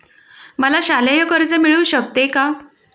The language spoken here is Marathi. मला शालेय कर्ज मिळू शकते का?